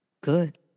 Good